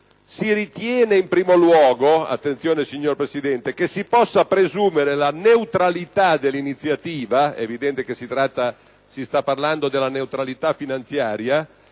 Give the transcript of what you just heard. si ritiene in primo luogo - attenzione, signor Presidente - che si possa presumere la neutralità dell'iniziativa (è evidente che si sta parlando della neutralità finanziaria),